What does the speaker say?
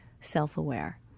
self-aware